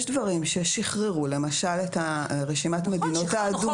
יש דברים ששחררו, למשל את רשימת המדינות האדומות.